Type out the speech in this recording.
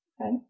Okay